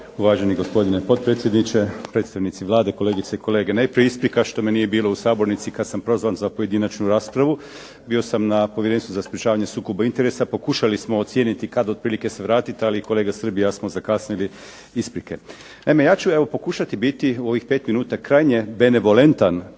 Uvažani gospodine potpredsjedniče, predstavnici Vlade, kolegice i kolege. Najprije isprika što me nije bilo u sabornici kada sam prozvan za pojedinačnu raspravu. Bio sam na Povjerenstvu na sprečavanja sukoba interesa. Pokušali smo ocijeniti kada se otprilike vratiti ali kolega Srb i ja smo zakasnili. Isprike. Naime, ja ću evo pokušati biti u ovih 5 minuta krajnje benevolentan